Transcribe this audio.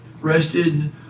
rested